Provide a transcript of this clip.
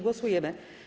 Głosujemy.